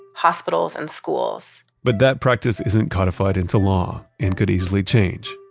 hospitals, and schools but that practice isn't codified into law and could easily change.